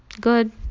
Good